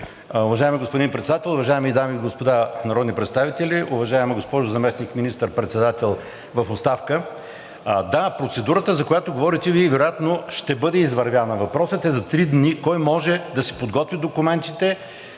Уважаеми господин Председател, уважаеми дами и господа народни представители! Уважаема госпожо Заместник министър-председател в оставка, да, процедурата, за която говорите Вие, вероятно ще бъде извървяна. Въпросът е за три дни кой може да си подготви документите,